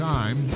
Time